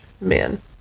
man